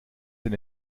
den